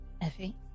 Effie